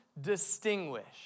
distinguished